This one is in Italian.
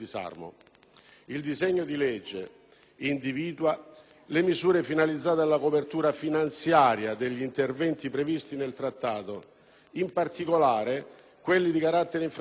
Il disegno di legge individua le misure finalizzate alla copertura finanziaria degli interventi previsti nel Trattato, in particolare quelli di carattere infrastrutturale,